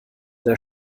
der